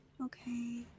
Okay